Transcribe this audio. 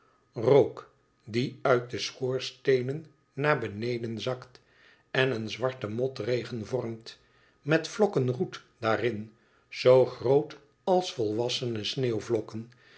rook die uit de schoorsteenen naar beneden zakt en eenzwarten motregen vormt met vlokken roet daarin zoo groot als volwassene